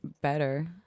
better